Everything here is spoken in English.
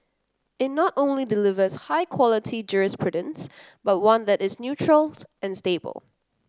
it not only delivers high quality jurisprudence but one that is neutral and stable